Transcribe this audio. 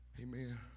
amen